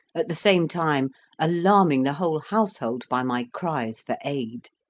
at the same time alarming the whole household by my cries for aid.